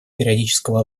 периодического